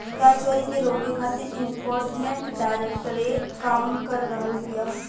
कर चोरी के रोके खातिर एनफोर्समेंट डायरेक्टरेट काम कर रहल बिया